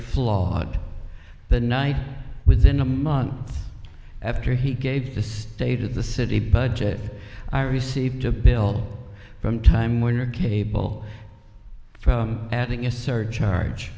flawed the night within a month after he gave the state of the city budget i received a bill from time warner cable from adding a surcharge